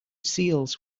seals